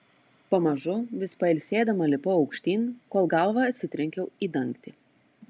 pamažu vis pailsėdama lipau aukštyn kol galva atsitrenkiau į dangtį